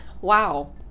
Wow